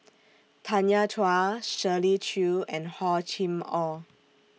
Tanya Chua Shirley Chew and Hor Chim Or